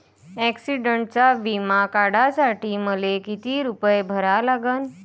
ॲक्सिडंटचा बिमा काढा साठी मले किती रूपे भरा लागन?